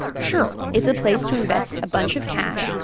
sure, it's a place to invest a bunch of cash,